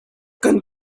kan